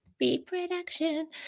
Reproduction